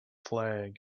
flag